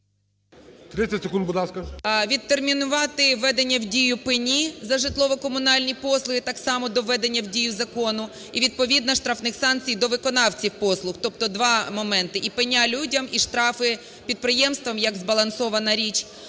відтермінувати введення в дію пені за житлово-комунальні послуги, так само до введення в дію закону, і відповідно штрафних санкцій до виконавців послуг. Тобто два моменти: і пеня людям, і штрафи підприємствам як збалансована річ,